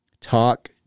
Talk